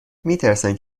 میترسند